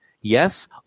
Yes